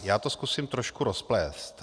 Já to zkusím trošku rozplést.